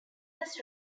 was